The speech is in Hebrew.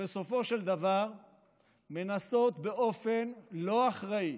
שבסופו של דבר מנסות באופן לא אחראי